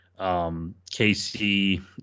KC